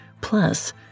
Plus